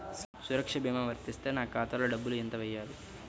సురక్ష భీమా వర్తిస్తే నా ఖాతాలో డబ్బులు ఎంత వేయాలి?